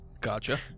Gotcha